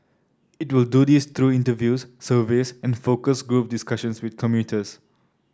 it will do this through interviews surveys and focus group discussions with commuters